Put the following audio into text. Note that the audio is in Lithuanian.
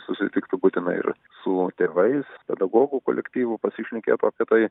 susitiktų būtina ir su tėvais pedagogų kolektyvu pasišnekėtų apie tai